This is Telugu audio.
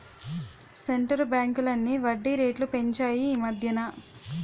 సెంటరు బ్యాంకులన్నీ వడ్డీ రేట్లు పెంచాయి ఈమధ్యన